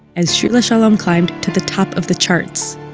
as shir la'shalom climbed to the top of the charts